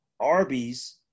Arby's